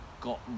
got